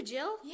Jill